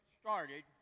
started